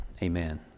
Amen